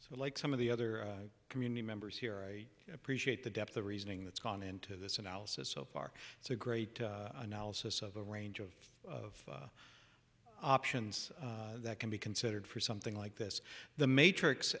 so like some of the other community members here i appreciate the depth the reasoning that's gone into this analysis so park it's a great analysis of the range of options that can be considered for something like this the matrix